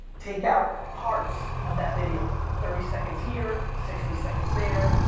take out parts of that video. thirty seconds here, sixty seconds there,